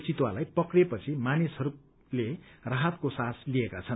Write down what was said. चितुवालाई पक्रिए पछि मानिसहरूको राहतको श्वास लिएका छन्